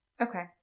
Okay